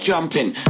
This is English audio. Jumping